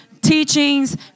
teachings